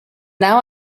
now